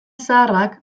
zaharrak